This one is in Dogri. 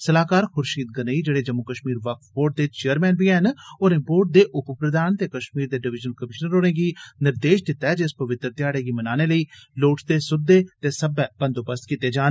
सलाहकार खुर्शीद अहमद गनेई जेहड़े जम्मू कश्मीर बक्फ बोर्ड दे चेयरमैन बी ऐन होरें बोर्ड दे उप प्रधान ते कश्मीर दे डिवीजनल कमीशनर होरें गी निर्देश दित्ता ऐ जे इस पवित्र ध्याड़े गी मनाने लेई लोड़चदे सुद्दे ते सब्बै बंदोबस्त कीते जान